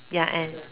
ya and